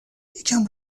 یکم